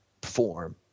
perform